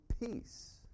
peace